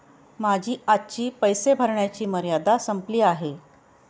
माझी आजची पैसे भरण्याची मर्यादा संपली आहे